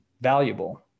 valuable